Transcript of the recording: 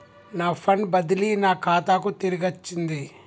నా ఫండ్ బదిలీ నా ఖాతాకు తిరిగచ్చింది